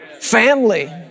family